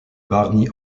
barney